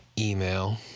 email